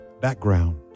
background